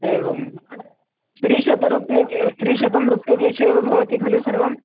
एवं त्रिशतरूप्यके त्रिशतं रूप्यकेषु एव भवति खलु सर्वम्